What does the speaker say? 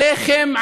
עליכם,